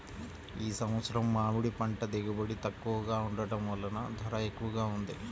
ఈ సంవత్సరం మామిడి పంట దిగుబడి తక్కువగా ఉండటం వలన ధర ఎక్కువగా ఉంది